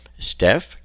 Steph